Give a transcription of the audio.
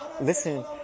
listen